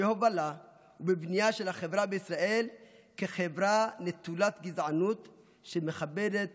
בהובלה ובבנייה של החברה בישראל כחברה נטולת גזענות שמכבדת